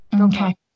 Okay